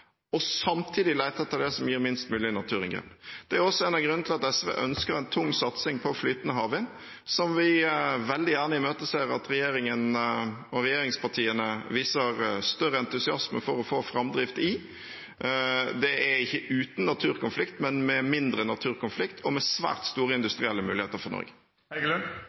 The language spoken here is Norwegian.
og samtidig lete etter det som gir minst mulig naturinngrep. Det er også en av grunnene til at SV ønsker en tung satsing på flytende havvind, som vi veldig gjerne imøteser at regjeringspartiene viser større entusiasme for å få framdrift i. Det er ikke uten naturkonflikt, men med mindre naturkonflikt og med svært store industrielle muligheter for